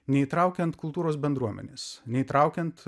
neįtraukiant kultūros bendruomenės neįtraukiant